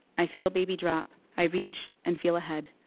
i feel baby drop. i reach and feel a head.